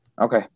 Okay